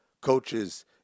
coaches